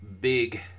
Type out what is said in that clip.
big